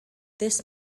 this